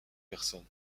personne